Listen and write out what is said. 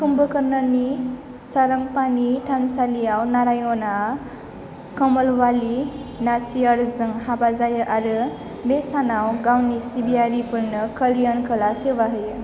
कुम्भकोर्णनि सारंगपाणि थानसालियाव नारायणआ कोमलवाली नाचियरजों हाबा जायो आरो बे सानाव गावनि सिबियारिफोरनो कल्याण कोला सेवा होयो